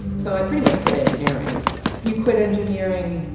so i pretty much quit engineering you quit engineering.